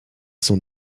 sont